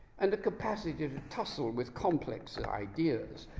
and a capacity to tussle with complex ideas.